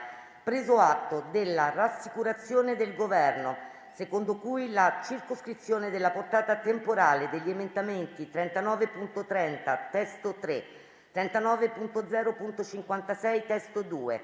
preso atto: della rassicurazione del Governo secondo cui la circoscrizione della portata temporale degli emendamenti 39.30 (testo 3), 39.0.56 (testo